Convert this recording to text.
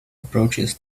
approaches